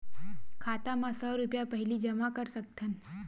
खाता मा सौ रुपिया पहिली जमा कर सकथन?